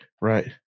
right